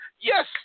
yes